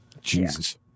Jesus